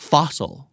Fossil